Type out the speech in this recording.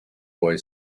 boy